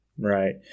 Right